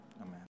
Amen